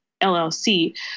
LLC